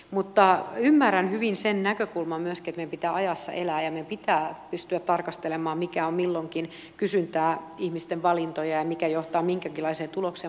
mutta ymmärrän hyvin sen näkökulman myöskin että meidän pitää ajassa elää ja meidän pitää pystyä tarkastelemaan mikä on milloinkin kysyntää ihmisten valintoja ja mikä johtaa minkäkinlaiseen tulokseen